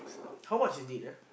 how much is it ah